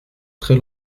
très